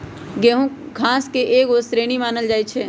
गेहूम घास के एगो श्रेणी मानल जाइ छै